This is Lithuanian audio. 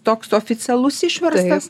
toks oficialus išverstas